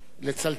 לצלצל